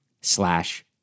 slash